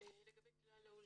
לגבי כלל העולים,